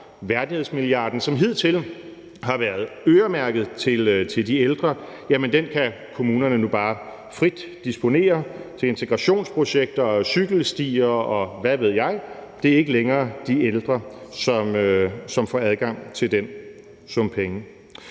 værdighedsmilliarden, som hidtil har været øremærket de ældre, kan kommunerne nu bare frit disponere over til integrationsprojekter, cykelstier, og hvad ved jeg. Det er ikke længere de ældre, som får adgang til den sum penge.